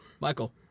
Michael